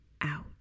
out